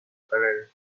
career